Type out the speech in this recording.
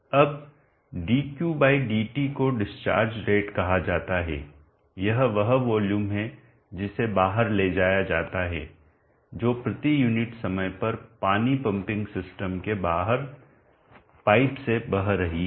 अब d dt को discharge rate कहा जाता है यह वह वॉल्यूम है जिसे बाहर ले जाया जाता है जो प्रति यूनिट समय पर पानी पंपिंग सिस्टम के पाइप से बह रही है